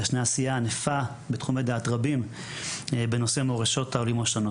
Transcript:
ישנה עשייה ענפה בתחום דעת רבים בנושא מורשות העולים השונות.